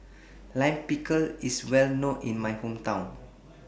Lime Pickle IS Well known in My Hometown